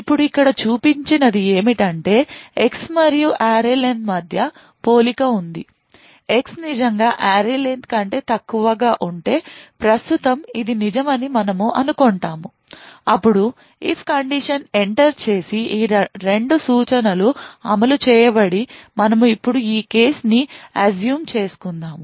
ఇప్పుడు ఇక్కడ చూపించినది ఏమిటంటే X మరియు array len మధ్య పోలిక ఉంది X నిజంగా array len కంటే తక్కువగా ఉంటే ప్రస్తుతం ఇది నిజమని మనము అనుకుంటాము అప్పుడు if condition ఎంటర్ చేసి ఈ రెండు సూచనలు అమలు చేయబడి మనము ఇప్పుడు ఈ కేసు ని అస్సుమ్ చేసుకుందాం